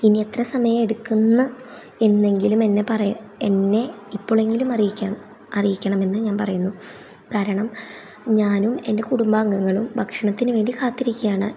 ഇനി എത്ര സമയം എടുക്കുംന്ന് എന്നെങ്കിലും എന്നെ പറയാ എന്നെ ഇപ്പോഴെങ്കിലും അറിയിക്കാം അറിയിക്കണമെന്ന് ഞാൻ പറയുന്നു കാരണം ഞാനും എൻ്റെ കുടുംബാംഗങ്ങളും ഭക്ഷണത്തിനുവേണ്ടി കാത്തിരിക്കയാണ്